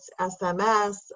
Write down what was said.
SMS